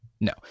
no